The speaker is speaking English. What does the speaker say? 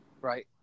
right